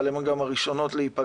אבל הן גם הראשונות להיפגע,